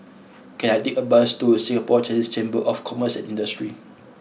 can I take a bus to Singapore Chinese Chamber of Commerce and Industry